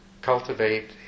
cultivate